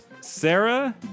Sarah